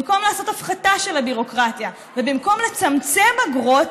במקום לעשות הפחתה של הביורוקרטיה ובמקום לצמצם אגרות,